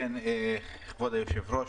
כבוד היושב-ראש,